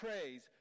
praise